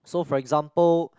so for example